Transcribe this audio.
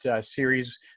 series